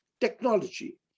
technology